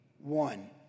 One